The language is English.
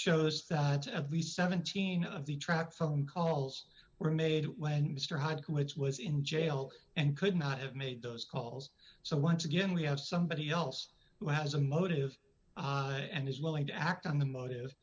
shows that of the seventeen of the tracks phone calls were made when mr hyde which was in jail and could not have made those calls so once again we have somebody else who has a motive and is willing to act on the motive